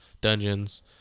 dungeons